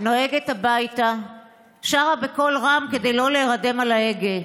נוהגת הביתה, שרה בקול רם כדי לא להירדם על ההגה.